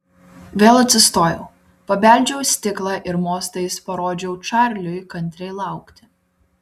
vėl atsistojau pabeldžiau į stiklą ir mostais parodžiau čarliui kantriai laukti